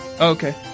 okay